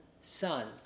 son